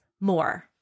more